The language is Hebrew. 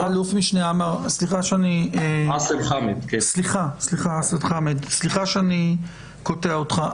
אלוף משנה ויסאם חאמד סליחה שאני קוטע אותך,